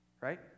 right